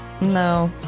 No